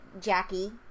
Jackie